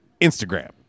Instagram